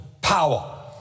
Power